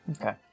Okay